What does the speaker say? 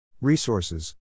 Resources